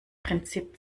prinzip